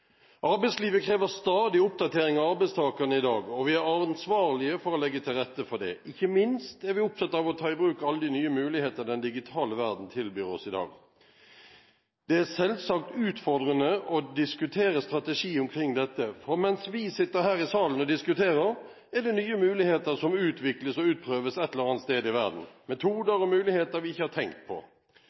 Arbeidslivet krever stadig oppdatering av arbeidstakerne i dag, og vi er ansvarlige for å legge til rette for det. Ikke minst er vi opptatt av å ta i bruk alle de nye muligheter den digitale verden tilbyr oss i dag. Det er selvsagt utfordrende å diskutere strategi omkring dette, for mens vi sitter her i salen og diskuterer, er det nye muligheter som utvikles og utprøves et eller annet sted i verden – metoder og muligheter vi ikke har tenkt på.